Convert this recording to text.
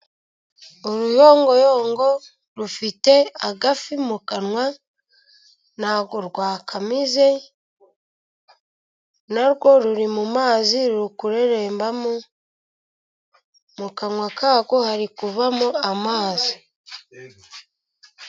Uruyongoyongo rufite agafi mu kanwa, ntabwo rwakamize, na rwo ruri mu mazi ruri kurerembamo mu kanwa karwo hari kuvamo amazi.